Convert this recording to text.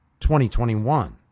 2021